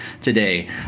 today